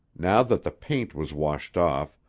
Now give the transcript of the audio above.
now that the paint was washed off,